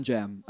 Jam